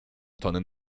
tonem